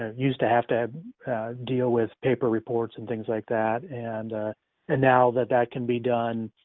used to have to deal with paper reports and things like that and and now that that can be done,